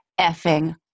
effing